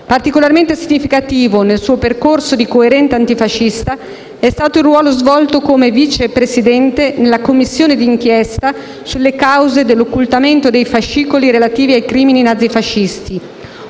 Particolarmente significativo nel suo percorso di coerente antifascista è stato il ruolo svolto come Vice Presidente nella Commissione di inchiesta sulle cause dell'occultamento dei fascicoli relativi ai crimini nazifascisti.